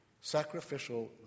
sacrificial